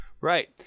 Right